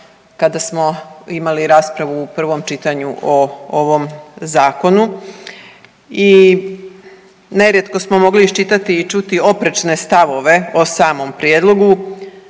kada smo imali raspravu u prvom čitanju o ovom Zakonu i nerijetko smo mogli iščitati i čuti oprečne stavove o samom prijedlogu.